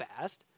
fast